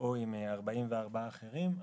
או עם 44 אחרים,